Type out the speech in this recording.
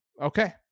okay